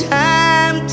time